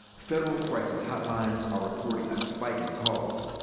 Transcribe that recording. federal crisis hotlines are reporting a spike in calls.